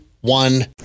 One